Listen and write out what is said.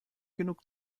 genug